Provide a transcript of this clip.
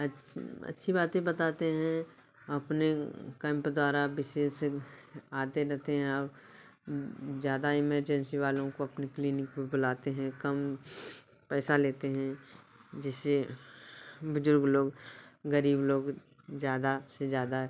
अच्छी बाते बताते हैं अपने कैंप द्वारा विशेषज्ञ आते रहते हैं आप ज़्यादा इमरजेंसी वालों को अपनी क्लिनिक में बुलाते हैं कम पैसा लेते हैं जिससे बुजुर्ग लोग गरीब लोग ज़्यादा से ज़्यादा